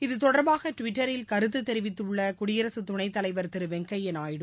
இது தொடர்பாக டுவிட்டரில் கருத்து தெரிவித்துள்ள குடியரசுத் துணைத் தலைவர் திரு வெங்கைய்யா நாயுடு